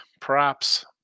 props